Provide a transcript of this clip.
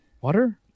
water